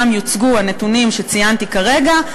שם יוצגו הנתונים שציינתי כרגע,